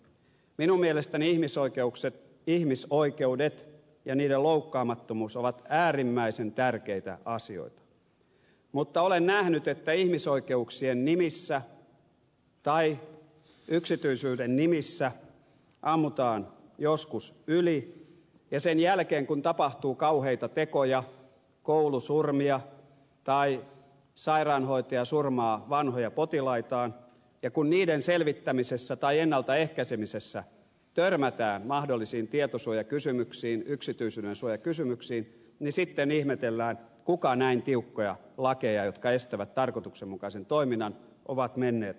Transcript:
minun mielestäni ihmisoikeudet ja niiden loukkaamattomuus ovat äärimmäisen tärkeitä asioita mutta olen nähnyt että ihmisoikeuksien nimissä tai yksityisyyden nimissä ammutaan joskus yli ja sen jälkeen kun tapahtuu kauheita tekoja koulusurmia tai sairaanhoitaja surmaa vanhoja potilaitaan ja kun niiden selvittämisessä tai ennalta ehkäisemisessä törmätään mahdollisiin tietosuojakysymyksiin yksityisyydensuojakysymyksiin niin sitten ihmetellään ketkä näin tiukkoja lakeja jotka estävät tarkoituksenmukaisen toiminnan ovat menneet meille säätämään